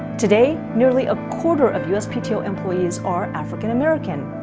today, nearly a quarter of uspto employees are african american.